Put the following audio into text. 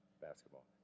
basketball